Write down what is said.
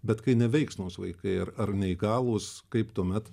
bet kai neveiksnūs vaikai ar ar neįgalūs kaip tuomet